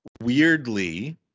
Weirdly